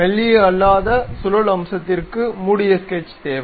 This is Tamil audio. மெல்லிய அல்லாத சுழல் அம்சத்திற்கு மூடிய ஸ்கெட்ச் தேவை